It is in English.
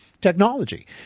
technology